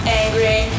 angry